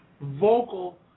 vocal